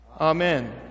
Amen